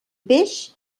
peix